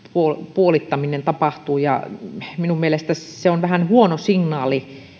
puolittaminen tapahtuu minun mielestäni se on vähän huono signaali